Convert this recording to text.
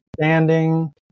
standing